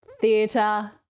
theatre